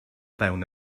fewn